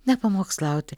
ne pamokslauti